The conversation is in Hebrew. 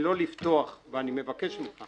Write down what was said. ואני מבקש ממך